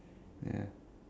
ya